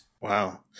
Wow